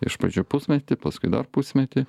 iš pradžių pusmetį paskui dar pusmetį